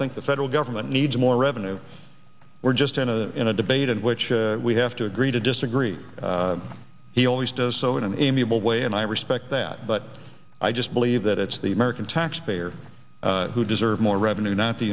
think the federal government needs more revenue we're just in a in a debate in which we have to agree to disagree he always does so in an amiable way and i respect that but i just believe that it's the american taxpayer who deserve more revenue not the